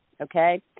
okay